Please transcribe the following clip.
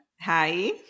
Hi